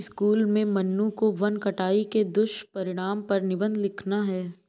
school में मन्नू को वन कटाई के दुष्परिणाम पर निबंध लिखना है